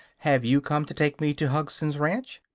have you come to take me to hugson's ranch?